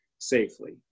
safely